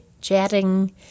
chatting